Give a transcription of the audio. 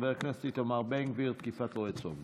של חבר הכנסת איתמר בן גביר תקיפת רועה צאן.